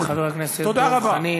תודה לחבר הכנסת דב חנין.